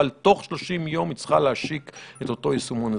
אבל תוך 30 יום היא צריכה להשיק את אותו יישומון אזרחי.